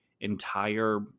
entire